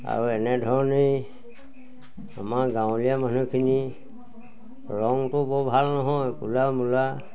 আৰু এনেধৰণেই আমাৰ গাঁৱলীয়া মানুহখিনি ৰংটো বৰ ভাল নহয় ক'লা ম'লা